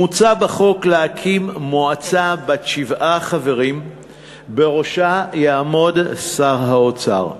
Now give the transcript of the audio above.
מוצע בחוק להקים מועצה בת שבעה חברים שבראשה יעמוד שר האוצר.